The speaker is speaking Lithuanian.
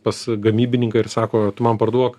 pas gamybininką ir sako tu man parduok